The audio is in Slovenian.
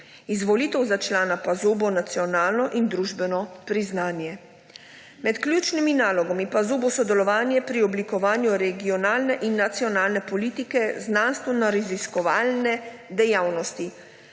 Izvolitev za člana PAZU bo nacionalno in družbeno priznanje. Med ključnimi nalogami PAZU bo sodelovanje pri oblikovanju regionalne in nacionalne politike znanstvenoraziskovalne dejavnosti,